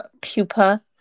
pupa